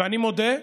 ואני מודה,